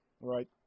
Right